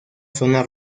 zona